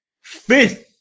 fifth